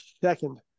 second